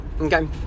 okay